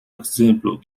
example